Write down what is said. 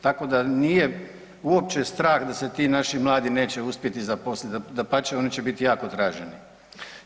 Tako da nije uopće strah da se ti naši mladi neće uspjeti zaposliti, dapače oni će biti jako traženi.